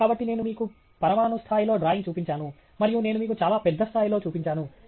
కాబట్టి నేను మీకు పరమాణు స్థాయిలో డ్రాయింగ్ చూపించాను మరియు నేను మీకు చాలా పెద్ద స్థాయిలో చూపించాను